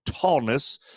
tallness